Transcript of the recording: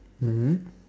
mmhmm